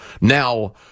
Now